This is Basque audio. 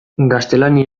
gaztelania